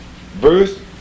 verse